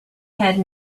had